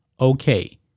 okay